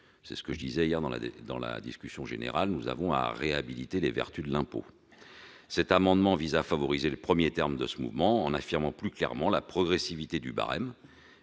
Comme je l'ai souligné hier dans la discussion générale, nous avons à réhabiliter les vertus de l'impôt. Cet amendement vise à favoriser le premier terme de ce mouvement en affirmant plus clairement la progressivité du barème,